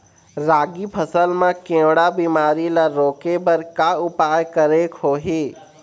रागी फसल मा केवड़ा बीमारी ला रोके बर का उपाय करेक होही?